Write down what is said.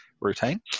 routine